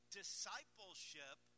discipleship